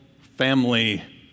family